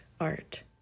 art